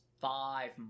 five